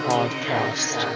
Podcast